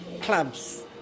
clubs